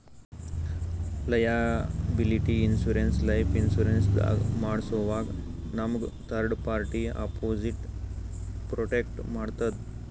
liability insurance life insurance ದಾಗ್ ಮಾಡ್ಸೋವಾಗ್ ನಮ್ಗ್ ಥರ್ಡ್ ಪಾರ್ಟಿ ಅಪೊಸಿಟ್ ಪ್ರೊಟೆಕ್ಟ್ ಮಾಡ್ತದ್